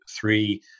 three